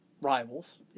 rivals